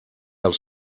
els